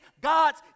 God's